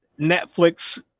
Netflix